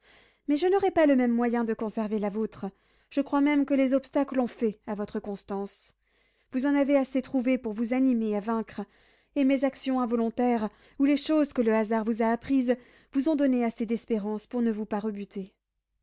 mais je n'aurais pas le même moyen de conserver la vôtre je crois même que les obstacles ont fait votre constance vous en avez assez trouvé pour vous animer à vaincre et mes actions involontaires ou les choses que le hasard vous a apprises vous ont donné assez d'espérance pour ne vous pas rebuter